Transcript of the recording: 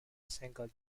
single